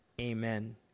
amen